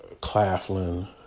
Claflin